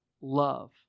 love